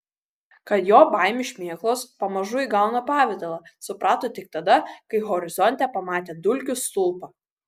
kad jo baimių šmėklos pamažu įgauna pavidalą suprato tik tada kai horizonte pamatė dulkių stulpą